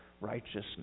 righteousness